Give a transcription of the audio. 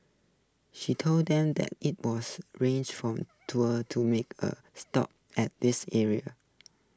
he told them that IT was rich for tour to make A stop at this area